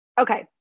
Okay